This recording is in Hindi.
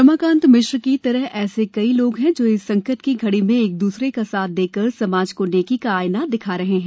रमाकांत मिश्र की तरह कई ऐसे लोग है जो इस संकट की घड़ी में एक द्रसरे का साथ देकर समाज को नेकी का आईना दिखा रहे है